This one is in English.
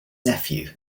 nephew